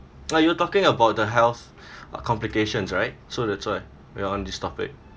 like you are talking about the health uh complications right so that's why we are on this topic